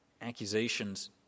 accusations